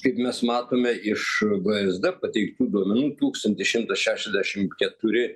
kaip mes matome iš vsd pateiktų duomenų tūkstantis šimtas šešiasdešimt keturi